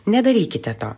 nedarykite to